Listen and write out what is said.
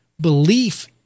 belief